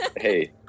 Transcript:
Hey